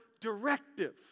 directive